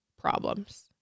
problems